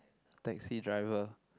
taxi driver